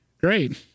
Great